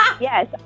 Yes